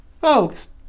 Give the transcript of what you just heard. folks